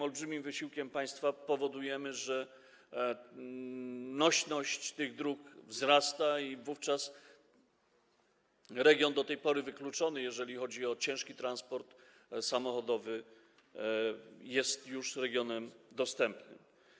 Olbrzymim wysiłkiem państwa powodujemy, że nośność tych dróg wzrasta i region do tej pory wykluczony, jeżeli chodzi o ciężki transport samochodowy, staje się regionem dostępnym.